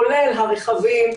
כולל הרכבים,